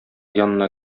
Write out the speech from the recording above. янына